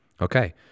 Okay